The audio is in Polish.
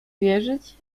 wierzyć